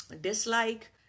dislike